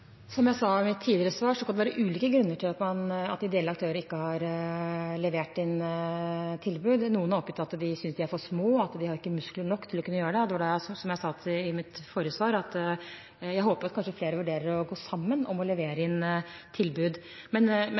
Som jeg sa i mitt tidligere svar, kan det være ulike grunner til at ideelle aktører ikke har levert inn tilbud. Noen har oppgitt at de synes de er for små, at de ikke har muskler nok til å kunne gjøre det. Som jeg sa i mitt forrige svar, håper jeg at flere vurderer å gå sammen om å levere inn tilbud. Men